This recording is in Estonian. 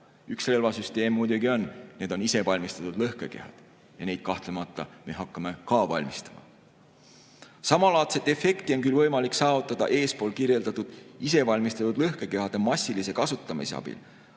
relvasüsteem muidugi on, need on isevalmistatud lõhkekehad. Neid me kahtlemata hakkame siis ka valmistama. Samalaadset efekti on küll võimalik saavutada eespool kirjeldatud isevalmistatud lõhkekehade massilise kasutamise abil,